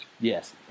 Yes